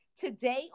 Today